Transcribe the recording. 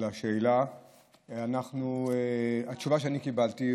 התשובה שאני קיבלתי,